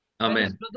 Amen